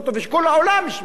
אפילו האירנים ידעו.